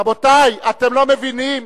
רבותי, אתם לא מבינים?